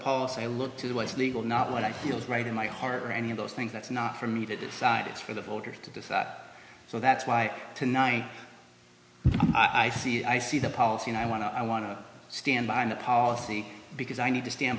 policy i look to the what's legal not what i feel is right in my heart or any of those things that's not for me to decide it's for the voters to decide so that's why tonight i see i see the policy and i want to i want to stand behind the policy because i need to stand